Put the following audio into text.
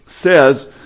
says